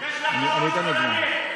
יש לך ראש חולני.